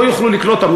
לא יוכלו לקלוט אותם,